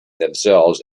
themselves